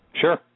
Sure